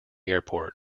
airport